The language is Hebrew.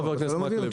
חבר הכנסת מקלב.